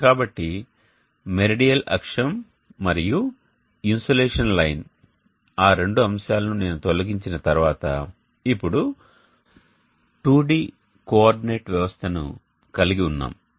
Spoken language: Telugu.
కాబట్టి మెరిడియల్ అక్షం మరియు ఇన్సోలేషన్ లైన్ ఆ రెండు అంశాలను నేను తొలగించిన తర్వాత ఇప్పుడు 2D కోఆర్డినేట్ వ్యవస్థను కలిగి ఉన్నాము